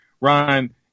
Ryan